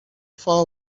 far